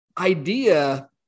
idea